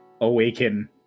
awaken